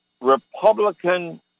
Republican